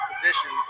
position